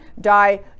die